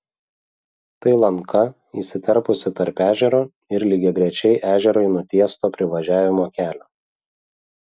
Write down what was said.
tai lanka įsiterpusi tarp ežero ir lygiagrečiai ežerui nutiesto privažiavimo kelio